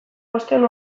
bostehun